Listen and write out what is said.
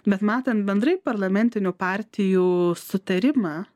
bet matant bendrai parlamentinių partijų sutarimą